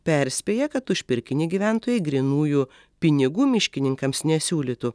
perspėja kad už pirkinį gyventojai grynųjų pinigų miškininkams nesiūlytų